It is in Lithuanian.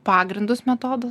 pagrindus metodo